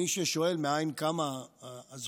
מי ששואל מאין קמה הזכות